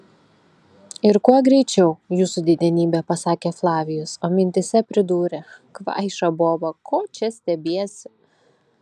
ir kuo greičiau jūsų didenybe pasakė flavijus o mintyse pridūrė kvaiša boba ko čia stebiesi